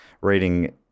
reading